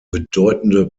bedeutende